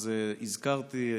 אז הזכרתי,